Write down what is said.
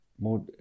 more